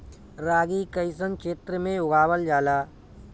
रागी कइसन क्षेत्र में उगावल जला?